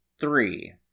three